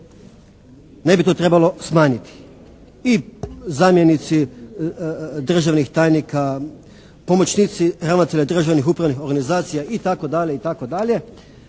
ne bi to trebalo smanjiti. I zamjenici državnih tajnika, pomoćnici ravnatelja državnih upravnih organizacija itd.